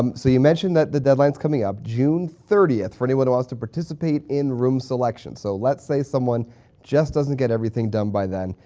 um so you mentioned that that deadline's coming up june thirty for anyone who wants to participate in room selection. so, let's say someone just doesn't get everything done by then,